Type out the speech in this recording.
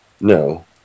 no